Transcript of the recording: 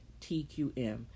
TQM